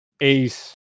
Ace